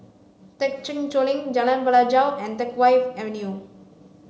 Thekchen Choling Jalan Pelajau and Teck Whye Avenue